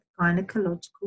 gynecological